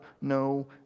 no